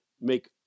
make